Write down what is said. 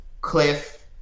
Cliff –